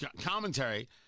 commentary